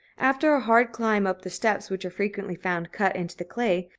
after a hard climb up the steps which are frequently found cut into the clay,